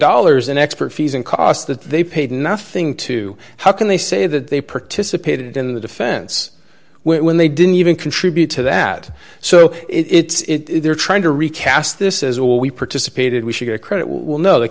dollars in expert fees and costs that they paid nothing to how can they say that they participated in the defense when they didn't even contribute to that so it's they're trying to recast this as a we participated we should get credit will know the